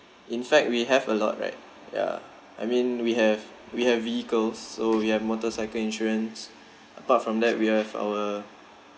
in fact we have a lot right ya I mean we have we have vehicles so we have motorcycle insurance apart from that we have our